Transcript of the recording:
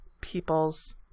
people's